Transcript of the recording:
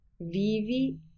vivi